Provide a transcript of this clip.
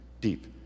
deep